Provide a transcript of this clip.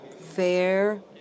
fair